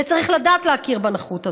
וצריך לדעת להכיר בנכות הזאת.